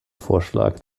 vorschlag